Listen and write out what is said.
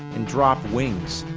and drop wings.